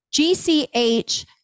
gch